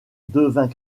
devint